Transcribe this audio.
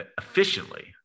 efficiently